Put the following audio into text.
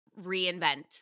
reinvent